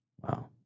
Wow